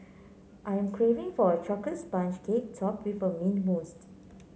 I'm craving for a chocolate sponge cake topped with mint moussed